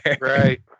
right